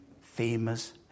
famous